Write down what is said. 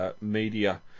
media